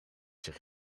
zich